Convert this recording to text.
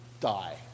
die